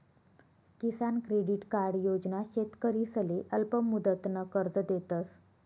किसान credit card योजना शेतकरीसले अल्पमुदतनं कर्ज देतस